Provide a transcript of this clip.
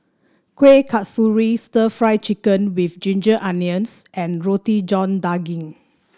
Kueh Kasturi stir Fry Chicken with Ginger Onions and Roti John Daging